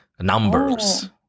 numbers